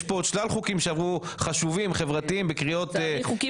יש כאן עוד שלל חוקים חברתיים חשובים שעברו בקריאות טרומיות.